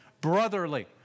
brotherly